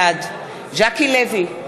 בעד ז'קי לוי,